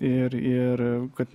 ir ir kad